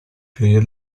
clear